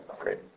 great